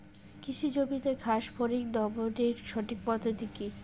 কৃষি জমিতে ঘাস ফরিঙ দমনের সঠিক পদ্ধতি কি?